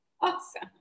Awesome